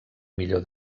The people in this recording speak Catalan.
millor